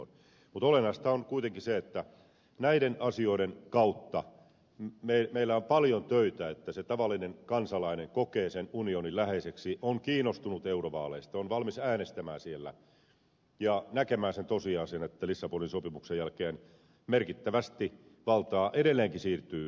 mutta olennaista on kuitenkin se että näiden asioiden kautta meillä on paljon töitä että se tavallinen kansalainen kokee unionin läheiseksi on kiinnostunut eurovaaleista on valmis äänestämään niissä ja näkemään sen tosiasian että lissabonin sopimuksen jälkeen merkittävästi valtaa edelleenkin siirtyy unioniin